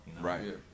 Right